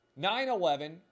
9-11